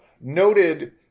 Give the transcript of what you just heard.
noted